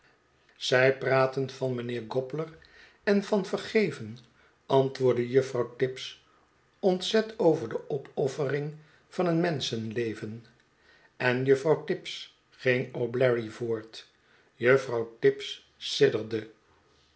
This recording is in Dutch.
zij praten van meneer gobler en van vergeven antwoordde juffrouw tibbs ontzetover die opoffering van een menschenleven en juffrouw tibbs ging o'bleary voort juffrouw tibbs